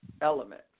element